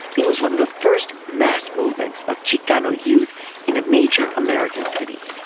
it was one of the first mass movements of chicano youth in a major american city